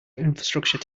infrastructure